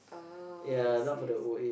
oh I see I see